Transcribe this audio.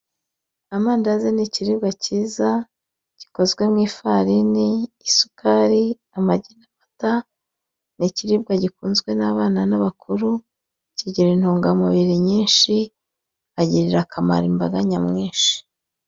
Amandazi ni ikiribwa cyiza, gikozwe mu ifarini, isukari, amagi n'amata, ni ikiribwa gikunzwe n'abana n'abakuru, kigira intungamubiri nyinshi, kikagirira akamaro imbaga nyamwinshi.